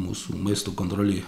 mūsų maisto kontrolė